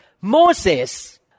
Moses